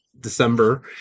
December